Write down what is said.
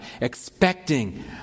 expecting